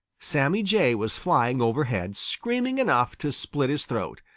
sammy jay was flying overhead, screaming enough to split his throat.